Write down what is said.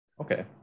Okay